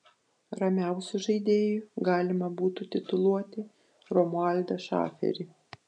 ramiausiu žaidėju galima būtų tituluoti romualdą šaferį